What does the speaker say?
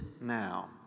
now